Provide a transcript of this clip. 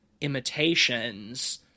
imitations